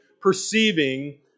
perceiving